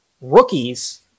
rookies